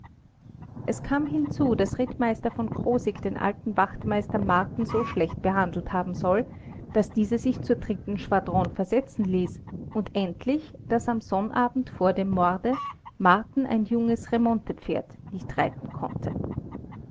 es kam hinzu daß rittmeister v krosigk den alten wachtmeister marten so schlecht behandelt haben soll daß dieser sich zur dritten schwadron versetzen ließ und endlich daß am sonnabend vor dem morde marten ein junges remontepferd nicht reiten konnte